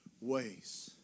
ways